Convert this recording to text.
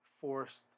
forced